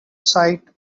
sight